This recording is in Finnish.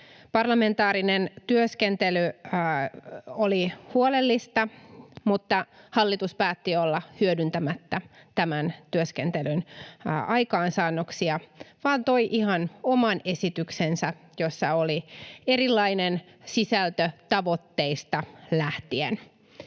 Parlamentaarinen työskentely oli huolellista, mutta hallitus päätti olla hyödyntämättä tämän työskentelyn aikaansaannoksia ja toi ihan oman esityksensä, jossa oli erilainen sisältö tavoitteista lähtien.